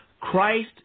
Christ